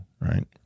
right